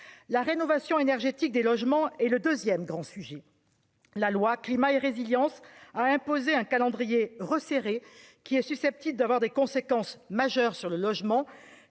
la rénovation énergétique des logements et le 2ème grand sujet, la loi climat et résilience a imposé un calendrier resserré qui est susceptible d'avoir des conséquences majeures sur le logement,